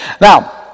Now